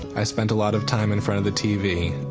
i spent a lot of time in front of the tv.